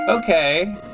Okay